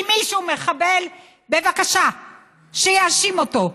אם מישהו מחבל, בבקשה, שיאשים אותו,